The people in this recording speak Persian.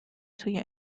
توی